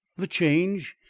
the change,